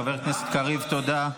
חבר הכנסת קריב, תודה.